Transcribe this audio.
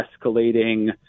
escalating